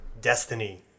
destiny